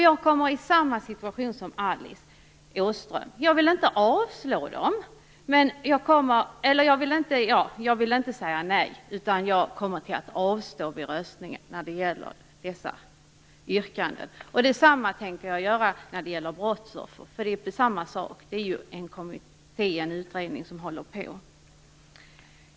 Jag kommer då i samma situation som Alice Åström, nämligen att jag inte vill säga nej, utan jag kommer vid voteringen av avstå från att rösta när det gäller dessa yrkanden. Detsamma tänker jag göra i fråga om brottsoffer, eftersom en utredning pågår.